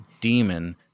demon